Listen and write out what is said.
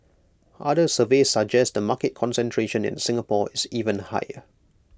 other surveys suggest the market concentration in Singapore is even higher